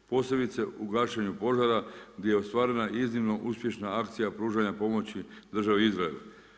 Posebice u gašenju požara, gdje je ostvarena iznimno uspješna akcija pružanje pomoći državi Izraelu.